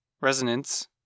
Resonance